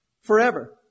forever